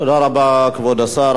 תודה רבה, כבוד השר.